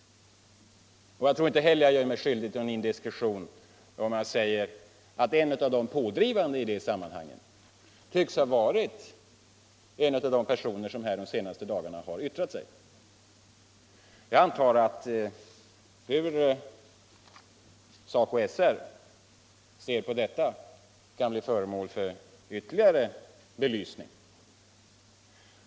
Jag tror inte heller att jag gör mig skyldig till någon indiskretion om jag säger att en av de pådrivande i det sammanhanget tycks ha varit en av de personer som yttrat sig här de senaste dagarna. Jag anser att SACO/SR:s syn på detta kan bli föremål för ytterligare belysning.